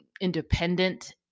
independent